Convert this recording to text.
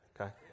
Okay